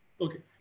Okay